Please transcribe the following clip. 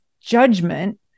judgment